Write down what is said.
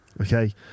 okay